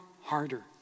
harder